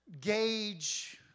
gauge